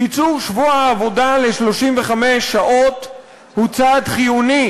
קיצור שבוע העבודה ל-35 שעות הוא צעד חיוני